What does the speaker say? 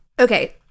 Okay